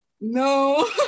no